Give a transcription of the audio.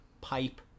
pipe